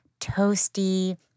toasty